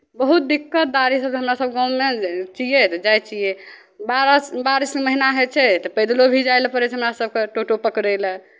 बहुत दिक्कतदारीसँ हमरा सभके गाँवमे छियै तऽ जाइ छियै बारस बारिशके महीना होइ छै तऽ पैदलो भी जाय लए पड़ै छै हमरा सभकेँ ऑटो पकड़य लए